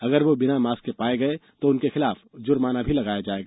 अगर वह बिना मास्क के पाए गए तो उनके खिलाफ जुर्माना लगाया जाएगा